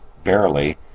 verily